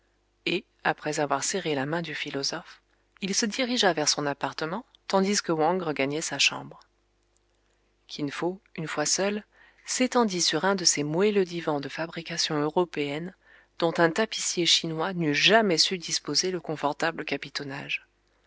et après avoir serré la main du philosophe il se dirigea vers son appartement tandis que wang regagnait sa chambre kin fo une fois seul s'étendit sur un de ces moelleux divans de fabrication européenne dont un tapissier chinois n'eût jamais su disposer le confortable capitonnage